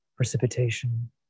Precipitation